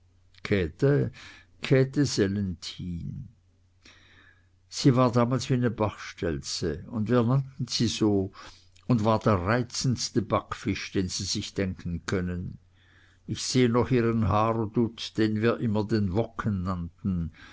käthe sellenthin sie war damals wie ne bachstelze und wir nannten sie so und war der reizendste backfisch den sie sich denken können ich seh noch ihren haardutt den wir immer den